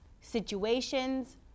situations